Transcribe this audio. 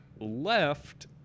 left